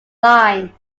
line